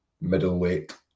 Middleweight